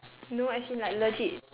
no as in like legit